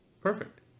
Perfect